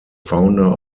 founder